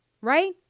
Right